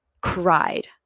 cried